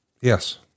Yes